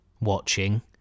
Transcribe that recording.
watching